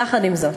יחד עם זאת,